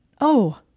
Oh